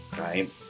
right